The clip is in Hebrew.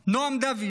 נועם דוד,